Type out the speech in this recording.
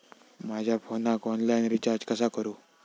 माझ्या फोनाक online recharge कसा करू?